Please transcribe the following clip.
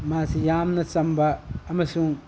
ꯃꯁꯤ ꯌꯥꯝꯅ ꯆꯝꯕ ꯑꯃꯁꯨꯡ